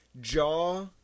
jaw